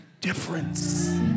difference